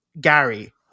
Gary